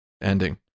ending